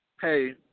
hey